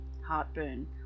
heartburn